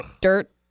dirt